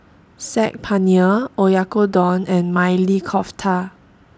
Saag Paneer Oyakodon and Maili Kofta